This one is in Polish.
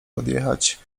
odjechać